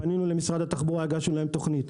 פנינו למשרד התחבורה, הגשנו להם תוכנית.